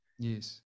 Yes